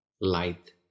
light